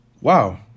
Wow